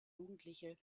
jugendliche